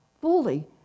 fully